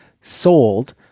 sold